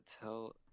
tell